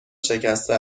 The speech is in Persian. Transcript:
شکسته